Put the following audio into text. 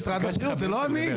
משרד הבריאות, זה לא אני.